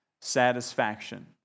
satisfaction